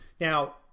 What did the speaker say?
Now